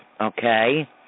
okay